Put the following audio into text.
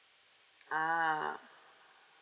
ah